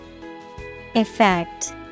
Effect